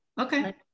okay